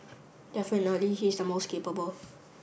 definitely he's the most capable